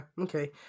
Okay